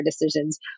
decisions